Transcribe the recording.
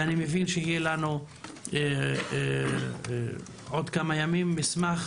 אני מבין שיהיו לנו עוד כמה ימים מסמך